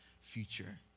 future